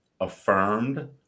affirmed